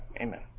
Amen